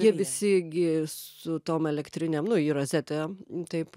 jie visi gi su tom elektrinėm nu į rozetę taip